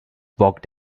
walked